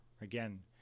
Again